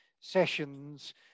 sessions